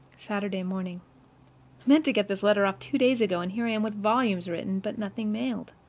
saturday morning. i meant to get this letter off two days ago and here i am with volumes written, but nothing mailed.